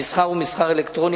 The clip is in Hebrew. המסחר הוא מסחר אלקטרוני,